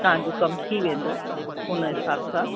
तव्हांजो कम थी वेंदो हुन हिसाब सां